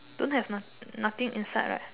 don't have nothing inside right